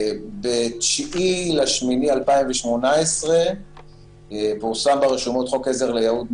ב-9 באוגוסט 2018 פורסם ברשומות חוק עזר ליהוד,